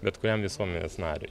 bet kuriam visuomenės nariui